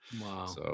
Wow